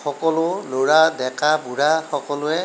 সকলো ল'ৰা ডেকা বুঢ়া সকলোৱে